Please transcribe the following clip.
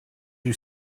you